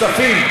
כספים.